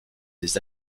des